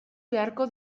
beharko